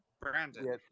Brandon